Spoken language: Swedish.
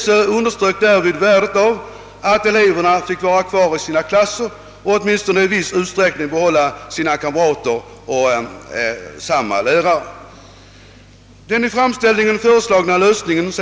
SÖ underströk därvid värdet av att eleverna fick vara kvar i sina klasser och åtminstone i viss utsträckning behålla samma kamrater och samma lärare. Den i framställningen föreslagna lösningen